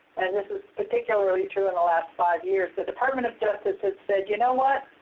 and this was particularly true in the last five years, the department of justice has said, you know what?